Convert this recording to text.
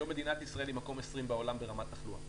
היום מדינת ישראל היא מקום 20 בעולם ברמת התחלואה,